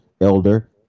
elder